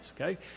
okay